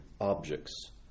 objects